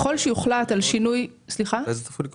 מתי זה אמור לקרות?